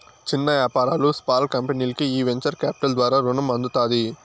చిన్న యాపారాలు, స్పాల్ కంపెనీల్కి ఈ వెంచర్ కాపిటల్ ద్వారా రునం అందుతాది